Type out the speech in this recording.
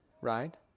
Right